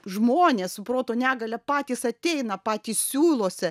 žmonės su proto negalia patys ateina patys siūlosi